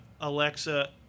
Alexa